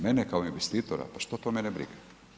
Mene kao investitora, pa što to mene briga.